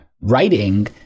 writing